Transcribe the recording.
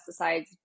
pesticides